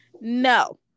no